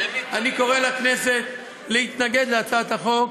אני קורא לכנסת להתנגד להצעת החוק,